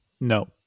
No